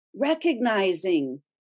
recognizing